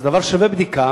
אז הדבר שווה בדיקה,